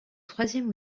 troisième